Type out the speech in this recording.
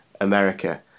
America